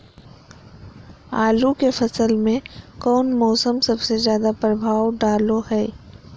आलू के फसल में कौन मौसम सबसे ज्यादा प्रभाव डालो हय?